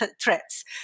threats